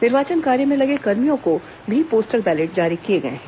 निर्वाचन कार्य में लगे कार्मिकों को भी पोस्टल बैलेट जारी किए गए हैं